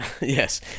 yes